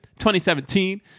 2017